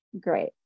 Great